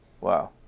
Wow